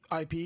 IP